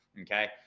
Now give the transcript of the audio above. okay